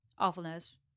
awfulness